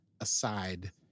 aside